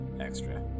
extra